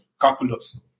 calculus